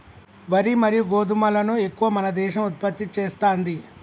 వరి మరియు గోధుమలను ఎక్కువ మన దేశం ఉత్పత్తి చేస్తాంది